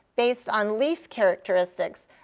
based on leaf characteristics,